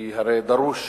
כי הרי דרוש